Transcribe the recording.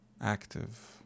active